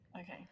Okay